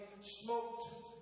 Smoked